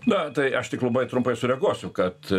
na tai aš tik labai trumpai sureaguosiu kad